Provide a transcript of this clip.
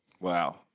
Wow